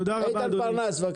תודה רבה אדוני.